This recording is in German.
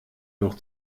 noch